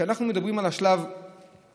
כשאנחנו מדברים על שלב האיתור,